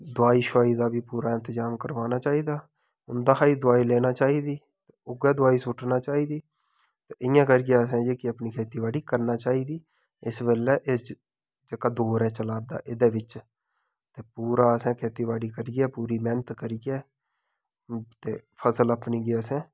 दुआई शुआई दा बी पूरा इंतजाम करवाना चाहिदी उं'दे हा ही दुआई लैनी चाहिदी उ'यै दुआई सुट्टनी चाहिदी ते इयां करियै असें जेह्की अपनी खेती बाड़ी करना चाहिदी इस गल्लै इस च जेह्का दौर चला दा एह्दे बिच्च ते पूरा असें खेतीबाड़ी करियै पूरी मैह्नत करियै ते फसल अपनी गी असें